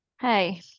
Hey